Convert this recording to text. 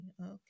Okay